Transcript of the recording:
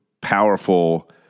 powerful